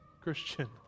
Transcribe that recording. Christian